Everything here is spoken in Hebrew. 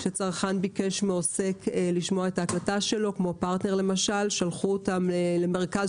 כשצרכן ביקש מעוסק לשמוע את ההקלטה שלו כמו פרטנר שלחו אותם למרכז